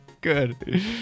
good